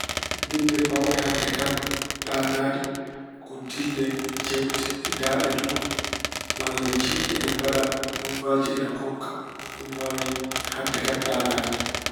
Dille baawɗe hadde kam ɗanaade ko dille jeewte daaɗe dow. Malla jimɗi ina mbaɗa, buubaaji ina koŋka. Ɗum ina waawi hadde kam ɗanaade.